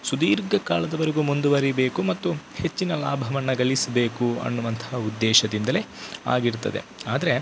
ಸುದೀರ್ಘ ಕಾಲದವರೆಗೂ ಮುಂದುವರಿಯಬೇಕು ಮತ್ತು ಹೆಚ್ಚಿನ ಲಾಭವನ್ನು ಗಳಿಸ್ಬೇಕು ಅನ್ನುವಂತ ಉದ್ದೇಶದಿಂದಲೇ ಆಗಿರ್ತದೆ ಆದರೆ